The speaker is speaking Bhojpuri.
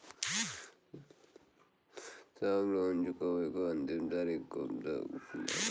साहब लोन चुकावे क अंतिम तारीख कब तक बा?